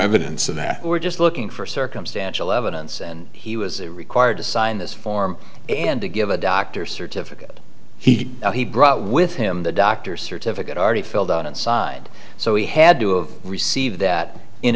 evidence of that we're just looking for circumstantial evidence and he was required to sign this form and to give a doctor's certificate he brought with him the doctor's certificate already filled out inside so he had to receive that in